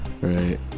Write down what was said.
right